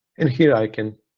in here, i can